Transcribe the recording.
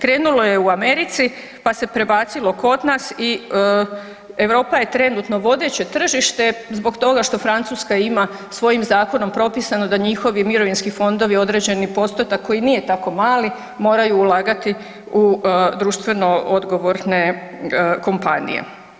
Krenulo je u Americi, pa se prebacilo kod nas i Europa je trenutno vodeće tržište zbog toga što Francuska ima svojim zakonom propisano da njihovi mirovinski fondovi određeni postotak koji nije tako mali moraju ulagati u društveno odgovorne kompanije.